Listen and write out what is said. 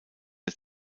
der